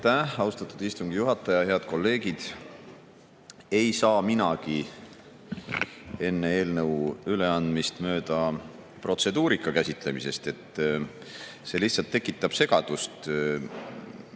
austatud istungi juhataja! Head kolleegid! Ei saa minagi enne eelnõu üleandmist mööda [minna] protseduurika käsitlemisest. See lihtsalt tekitab segadust,